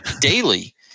daily